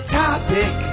topic